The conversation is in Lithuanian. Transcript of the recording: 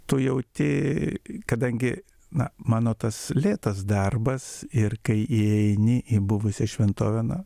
tu jauti kadangi na mano tas lėtas darbas ir kai įeini į buvusią šventovę na